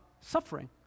suffering